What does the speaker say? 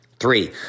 Three